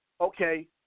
okay